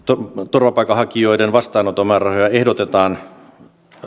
turvapaikanhakijoiden vastaanoton määrärahoja ehdotetaan